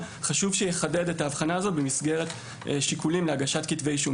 חשוב שיחדד את ההבחנה הזאת במסגרת שיקולים להגשת כתבי אישום,